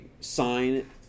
sign